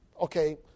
okay